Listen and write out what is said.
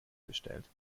bestellt